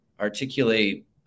articulate